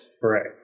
Correct